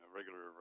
regular